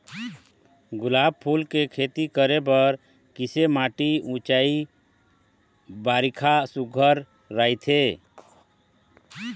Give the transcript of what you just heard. गुलाब फूल के खेती करे बर किसे माटी ऊंचाई बारिखा सुघ्घर राइथे?